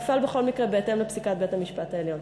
נפעל בכל מקרה בהתאם לפסיקת בית-המשפט העליון.